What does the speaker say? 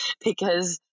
Because-